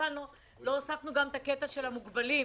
שכמובן שלא הוספנו גם את הקטע של המוגבלים.